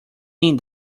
mean